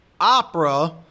opera